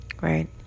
right